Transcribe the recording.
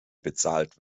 bezahlt